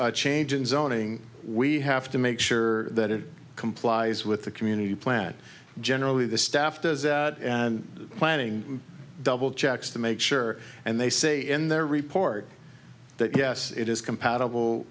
change in zoning we have to make sure that it complies with the community plan generally the staff does that and planning double checks to make sure and they say in their report that yes it is compatible